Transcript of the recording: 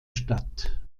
stadt